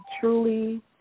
truly